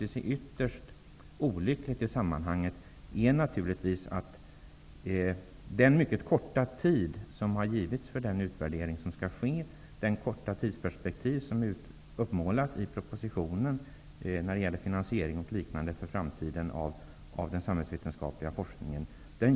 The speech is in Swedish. Vad som är ytterst olyckligt i sammanhanget är naturligtvis den mycket korta tid som har givits för den utvärdering som skall ske och det korta tidsperspektiv som uppmålats i propositionen när det gäller finansieringen av den samhällsvetenskapliga forskningen i framtiden.